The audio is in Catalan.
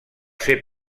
ser